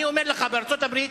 אני אומר לך: בארצות-הברית,